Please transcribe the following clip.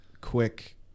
quick